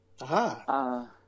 Aha